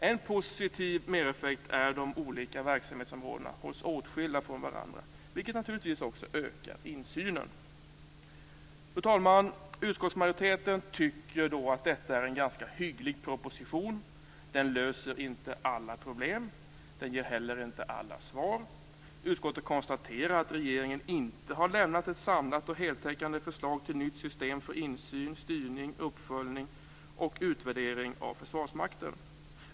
En positiv mereffekt är att de olika verksamhetsområdena hålls åtskilda från varandra, vilket naturligtvis också ökar insynen. Fru talman! Utskottsmajoriteten tycker att detta är en ganska hygglig proposition. Den löser inte alla problem. Den ger heller inte alla svar. Utskottet konstaterar att regeringen inte har lämnat ett samlat och heltäckande förslag till nytt system för insyn, styrning, uppföljning och utvärdering av Försvarsmakten.